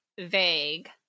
vague